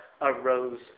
arose